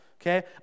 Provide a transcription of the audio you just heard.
okay